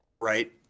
Right